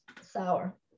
sour